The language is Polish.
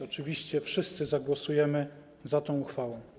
Oczywiście wszyscy zagłosujemy za tą uchwałą.